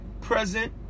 present